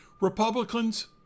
Republicans